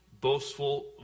boastful